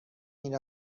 این